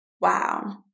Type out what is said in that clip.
Wow